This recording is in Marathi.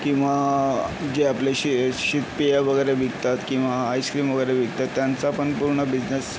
किंवा जे आपले शी शीतपेय वगैरे विकतात किंवा आईसक्रीम वगैरे विकतात त्यांचापण पूर्ण बिजनेस